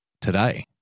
today